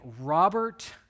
Robert